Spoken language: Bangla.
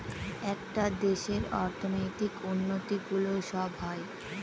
একটা দেশের অর্থনৈতিক উন্নতি গুলো সব হয়